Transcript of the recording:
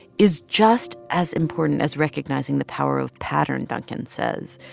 is just as important as recognizing the power of pattern, duncan says,